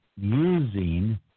using